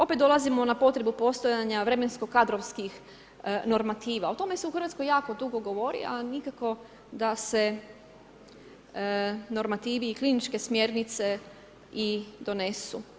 Opet dolazimo na potrebu postojanja vremensko kadrovskih normativa. o tome se u Hrvatskoj jako dugo govori a nikako da se normativi i kliničke smjernice i donesu.